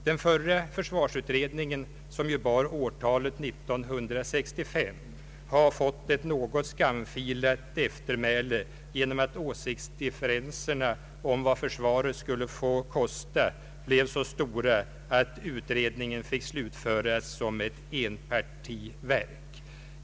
Den förra försvarsutredningen, som bar årtalet 1965, har fått ett något skamfilat eftermäle genom att åsiktsdifferenserna om vad försvaret skulle få kosta blev så stora att utredningen fick slutföras som ett enpartiverk.